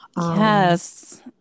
Yes